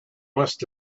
must